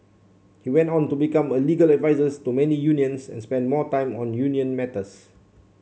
he went on to become a legal advisors to many unions and spent more time on union matters